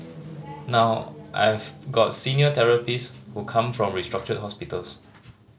now I've got senior therapist who come from restructured hospitals